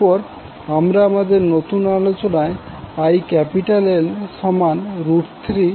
তারপর আমরা আমাদের নতুন আলোচনায় IL3Ip ব্যবহার করতে পারি